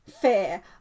Fair